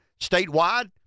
statewide